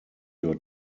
your